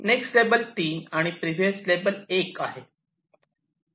next लेबल 3 आणि previous लेबल 1 आहे